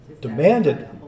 demanded